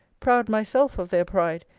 proud myself of their pride,